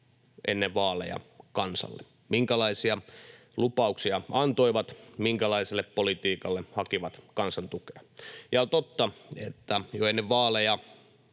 ennen vaaleja kansalle, minkälaisia lupauksia antoivat, minkälaiselle politiikalle hakivat kansan tukea. On totta, että jo ennen vaaleja